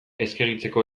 eskegitzeko